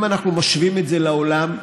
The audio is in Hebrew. אם אנחנו משווים את זה לעולם,